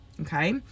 Okay